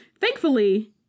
Thankfully